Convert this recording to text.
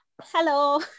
Hello